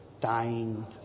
dying